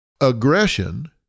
aggression